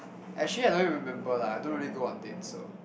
actually I don't remember lah I don't really go on dates so